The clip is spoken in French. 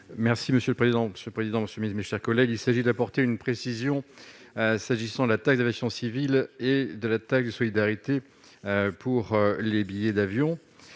Merci monsieur le président, Monsieur le président Monsieur mes, mes chers collègues, il s'agit d'apporter une précision, s'agissant de la taxe d'aviation civile et de la taxe de solidarité pour les billets d'avion,